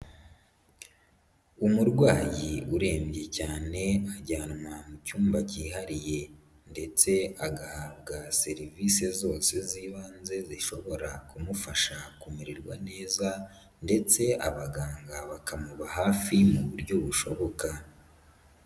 Umurwayi urembye cyane ajyanwa mu cyumba kihariye ndetse agahabwa serivisi zose z'ibanze zishobora kumufasha kumererwa neza, ndetse abaganga bakamuba hafi mu buryo bushoboka.